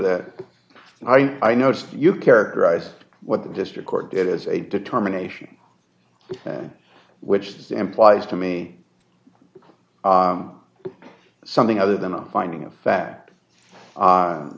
that i noticed you characterize what the district court did as a determination which is implies to me something other than a finding of fact